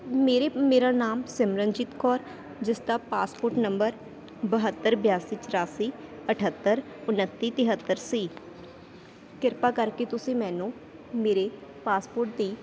ਮੇਰੇ ਮੇਰਾ ਨਾਮ ਸਿਮਰਨਜੀਤ ਕੌਰ ਜਿਸ ਦਾ ਪਾਸਪੋਰਟ ਨੰਬਰ ਬਹੱਤਰ ਬਿਆਸੀ ਚੁਰਾਸੀ ਅਠੱਤਰ ਉਣੱਤੀ ਤੇਹੱਤਰ ਸੀ ਕਿਰਪਾ ਕਰਕੇ ਤੁਸੀਂ ਮੈਨੂੰ ਮੇਰੇ ਪਾਸਪੋਰਟ ਦੀ